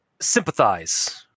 sympathize